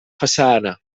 façana